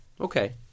Okay